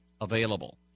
available